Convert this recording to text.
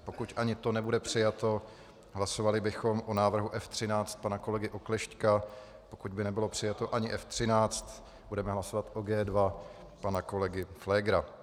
Pokud ani to nebude přijato, hlasovali bychom o návrhu F13 pana kolegy Oklešťka, pokud by nebylo přijato ani F13, budeme hlasovat o G2 pana kolegy Pflégera.